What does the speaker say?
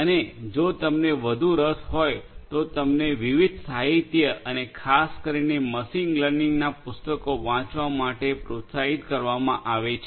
અને જો તમને વધુ રસ હોય તો તમને વિવિધ સાહિત્ય અને ખાસ કરીને મશીન લર્નિંગના પુસ્તકો વાંચવા માટે પ્રોત્સાહિત કરવામાં આવે છે